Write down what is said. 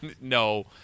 No